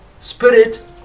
spirit